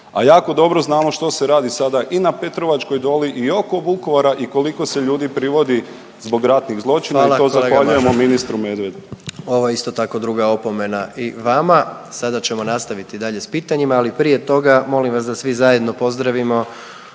A jako dobro znamo što se radi sada i na Petrovačkoj doli i oko Vukovara i koliko se ljudi privodi zbog ratnih zločina … …/Upadica predsjednik: Hvala kolega Mažar./… … i to zahvaljujemo ministru Medvedu. **Jandroković, Gordan (HDZ)** Ovo je isto tako druga opomena i vama. Sada ćemo nastaviti dalje sa pitanjima, ali prije toga molim vas da svi zajedno pozdravimo